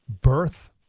birth